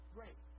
Great